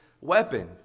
weapon